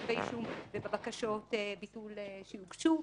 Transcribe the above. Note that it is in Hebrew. בכתבי אישום ובבקשות ביטול שיוגשו.